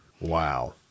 wow